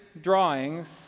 drawings